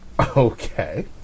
Okay